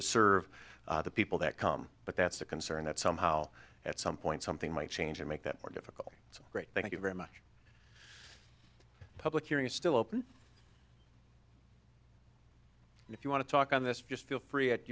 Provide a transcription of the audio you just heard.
to serve the people that come but that's a concern that somehow at some point something might change or make that more difficult it's great thank you very much a public hearing is still open if you want to talk on this just feel free at